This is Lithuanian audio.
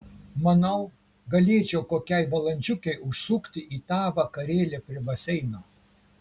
manau galėčiau kokiai valandžiukei užsukti į tą vakarėlį prie baseino